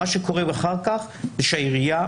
מה שקורה אחר כך הוא שהעירייה,